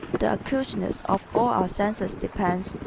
the acuteness of all our senses depends,